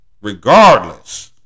regardless